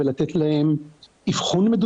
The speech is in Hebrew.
צריך לבחון את זה.